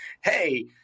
hey